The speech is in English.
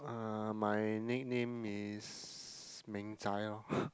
uh my nickname is Meng-Zai lor